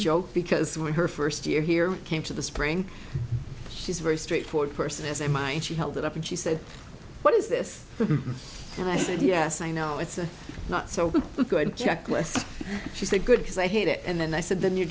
joke because when her first year here came to the spring she's very straightforward person has a mind she held it up and she said what is this and i said yes i know it's a not so good checklist she said good because i hate it and then i said then you